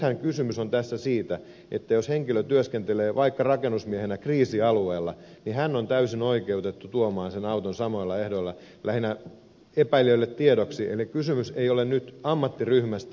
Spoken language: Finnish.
nythän kysymys on tässä siitä että jos henkilö työskentelee vaikka rakennusmiehenä kriisialueella niin hän on täysin oikeutettu tuomaan sen auton samoilla ehdoilla lähinnä epäilijöille tiedoksi eli kysymys ei ole nyt ammattiryhmästä